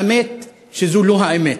האמת שזו לא האמת.